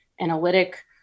analytic